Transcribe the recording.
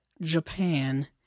Japan